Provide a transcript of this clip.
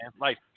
Life